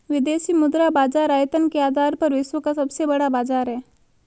विदेशी मुद्रा बाजार आयतन के आधार पर विश्व का सबसे बड़ा बाज़ार है